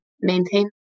maintain